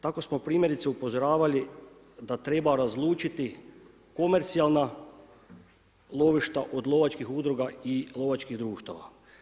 Tako smo primjerice, upozoravali da treba razlučiti komercijalna lovišta od lovačkih udruga i lovačkih društava.